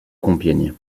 compiègne